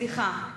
סליחה.